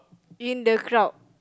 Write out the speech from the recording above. in the crowd